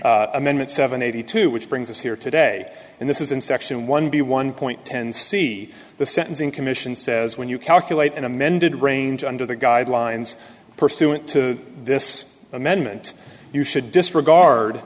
need amendment seven eighty two which brings us here today and this is in section one b one point ten c the sentencing commission says when you calculate an amended range under the guidelines pursuant to this amendment you should disregard